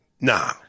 Nah